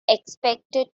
expected